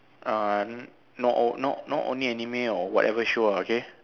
uh not all not not only anime or whatever show ah okay